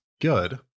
good